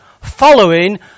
following